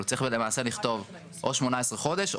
צריך למעשה לכתוב או 18 חודשים,